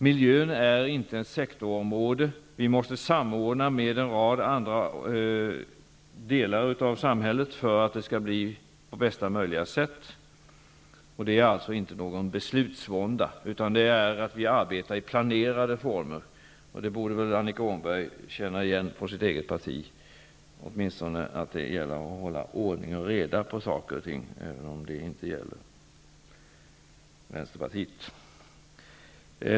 Miljön är inte ett sektorsområde. Här måste ske en samordning med en rad andra delar av samhället för att få bästa möjliga lösningar. Det är alltså inte fråga om någon beslutsvånda, utan vi arbetar i planerade former. Det borde Annika Åhnberg känna igen sitt eget parti -- åtminstone när det gäller att hålla ordning och reda på saker och ting, även om det inte gäller Vänsterpartiet.